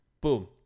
Boom